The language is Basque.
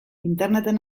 interneten